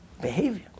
behavior